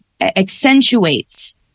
Accentuates